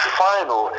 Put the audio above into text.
final